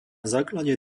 základe